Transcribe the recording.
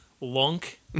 lunk